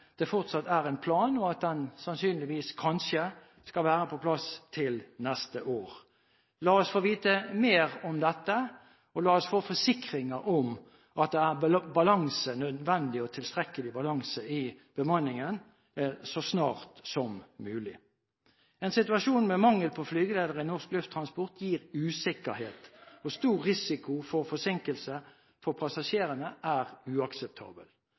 det fortsatt er en plan, og at den sannsynligvis – kanskje – skal være på plass neste år. La oss få vite mer om dette, og la oss få forsikringer om at det er nødvendig og tilstrekkelig balanse i bemanningen så snart som mulig. En situasjon med mangel på flygeledere i norsk lufttransport gir usikkerhet, og stor risiko for forsinkelse for passasjerene er